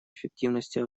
эффективности